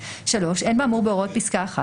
(3) אין באמור בהוראות פסקה (1),